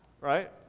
Right